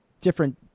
different